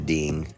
Ding